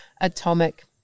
Atomic